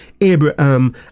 Abraham